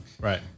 Right